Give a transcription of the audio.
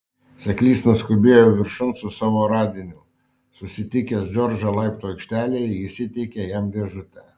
seklys nuskubėjo viršun su savo radiniu susitikęs džordžą laiptų aikštelėje jis įteikė jam dėžutę